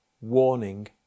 warning